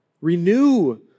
Renew